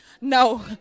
no